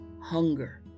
hunger